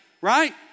right